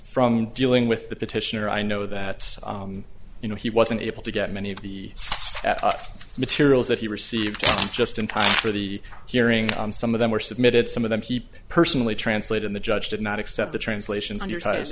from dealing with the petitioner i know that you know he wasn't able to get many of the materials that he received just in time for the hearing some of them were submitted some of them keep personally translate in the judge did not accept the translations on your t